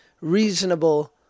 reasonable